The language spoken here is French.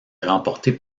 remporté